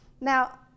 Now